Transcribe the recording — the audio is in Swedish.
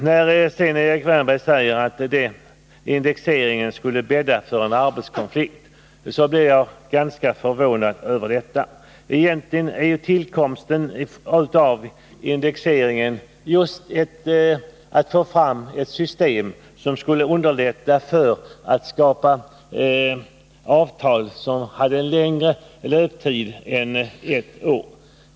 När sedan Erik Wärnberg sade att indexregleringen skulle bädda för en 1 arbetskonflikt, blev jag ganska förvånad över det också. Egentligen tillkom indexregleringen just för att få fram ett system som skulle underlätta att åstadkomma avtal som hade längre löptid än ett år.